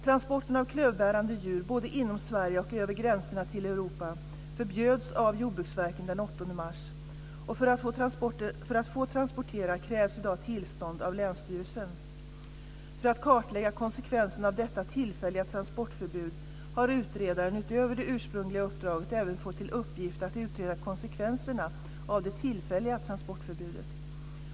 Transporter av klövbärande djur, både inom Sverige och över gränserna till Europa, förbjöds av Jordbruksverket den 8 mars, och för att få transportera krävs i dag tillstånd av länsstyrelsen. För att kartlägga konsekvenserna av detta tillfälliga transportförbud har utredaren, utöver det ursprungliga uppdraget, även fått till uppgift att utreda konsekvenserna av det tillfälliga transportförbudet.